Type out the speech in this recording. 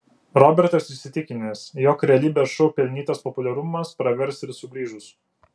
robertas įsitikinęs jog realybės šou pelnytas populiarumas pravers ir sugrįžus